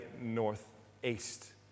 northeast